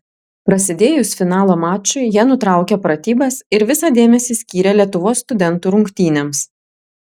prasidėjus finalo mačui jie nutraukė pratybas ir visą dėmesį skyrė lietuvos studentų rungtynėms